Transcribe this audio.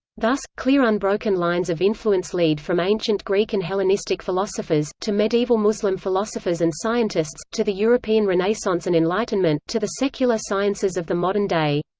thus, clear unbroken lines of influence lead from ancient greek and hellenistic philosophers, to medieval muslim philosophers and scientists, to the european renaissance and enlightenment, to the secular sciences of the modern day.